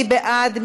מי בעד?